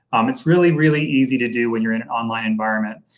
um it's really, really easy to do when you're in an online environment.